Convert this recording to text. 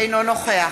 אינו נוכח